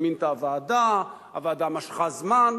היא מינתה ועדה, הוועדה משכה זמן,